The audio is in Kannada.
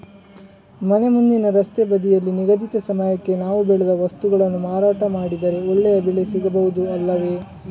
ಮನೆ ಮುಂದಿನ ರಸ್ತೆ ಬದಿಯಲ್ಲಿ ನಿಗದಿತ ಸಮಯಕ್ಕೆ ನಾವು ಬೆಳೆದ ವಸ್ತುಗಳನ್ನು ಮಾರಾಟ ಮಾಡಿದರೆ ಒಳ್ಳೆಯ ಬೆಲೆ ಸಿಗಬಹುದು ಅಲ್ಲವೇ?